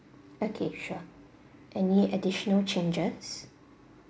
okay sure any additional changes